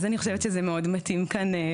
אז אני חושבת שזה מאוד מתאים כאן,